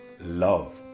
Love